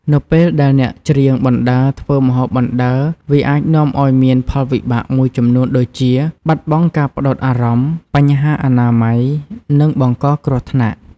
នៅពេលដែលអ្នកច្រៀងបណ្ដើរ ធ្វើម្ហូបបណ្ដើរ វាអាចនាំឱ្យមានផលវិបាកមួយចំនួនដូចជា បាត់បង់ការផ្តោតអារម្មណ៍ បញ្ហាអនាម័យ និងបង្កគ្រោះថ្នាក់។